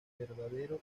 verdadero